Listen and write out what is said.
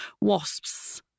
WASPs